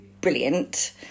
brilliant